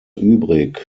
übrig